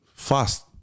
fast